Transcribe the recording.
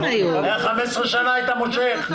לפני 15 שנה היית מושך.